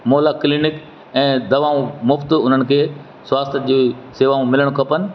Mohla clinic ऐं दवाऊं मुफ़्तु उन्हनि खे स्वास्थ जी शेवाऊं मिलणु खपनि